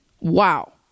wow